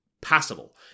passable